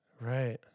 right